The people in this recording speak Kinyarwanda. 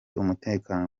umutekano